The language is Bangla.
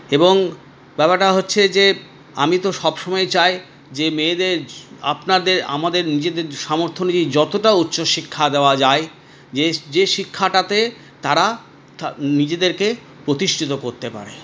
এবং ব্যাপারটা হচ্ছে যে আমি তো সবসময় চাই যে মেয়েদের আপনাদের আমাদের নিজেদের সামর্থ্য অনুযায়ী যতটা উচ্চশিক্ষা দেওয়া যায় যে যে শিক্ষাটাতে তারা যা নিজেদেরকে প্রতিষ্ঠিত করতে পারে